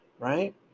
right